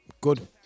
Good